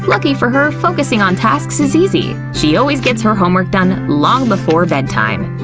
lucky for her, focusing on tasks is easy. she always gets her homework done long before bedtime.